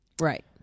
Right